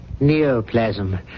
neoplasm